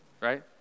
right